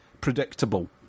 predictable